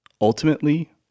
Ultimately